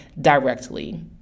directly